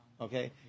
Okay